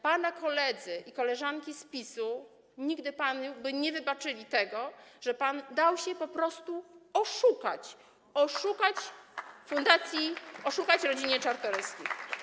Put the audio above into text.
Pana koledzy i koleżanki z PiS-u nigdy by panu nie wybaczyli tego, że pan dał się po prostu oszukać fundacji, oszukać rodzinie Czartoryskich.